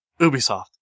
Ubisoft